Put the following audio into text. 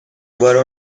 were